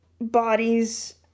bodies